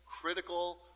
critical